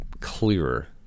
clearer